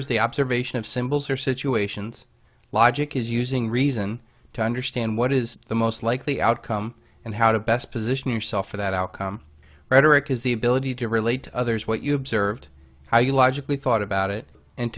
is the observation of symbols or situations logic is using reason to understand what is the most likely outcome and how to best position yourself for that outcome rhetoric is the ability to relate to others what you observed how you logically thought about it and